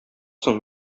соң